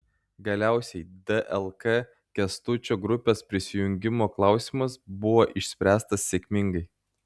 galiausiai dlk kęstučio grupės prisijungimo klausimas buvo išspręstas sėkmingai